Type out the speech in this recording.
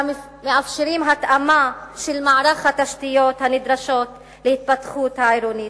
המאפשר התאמה של מערך התשתיות הנדרשות להתפתחות העירונית.